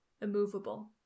immovable